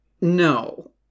No